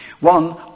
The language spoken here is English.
One